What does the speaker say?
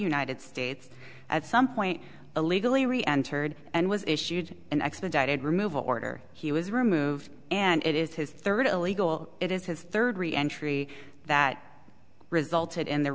united states at some point illegally re entered and was issued an expedited removal order he was removed and it is his third illegal it is his third re entry that resulted in the